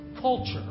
culture